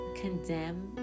condemn